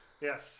Yes